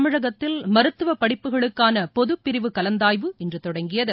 தமிழகத்தில் மருத்துவப்படிப்புகளுக்கான பொதுப்பிரிவு கலந்தாய்வு இன்று தொடங்கியது